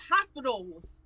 hospitals